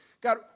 God